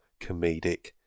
comedic